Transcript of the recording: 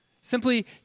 Simply